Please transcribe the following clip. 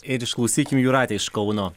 ir išklausykim jūratė iš kauno